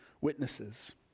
witnesses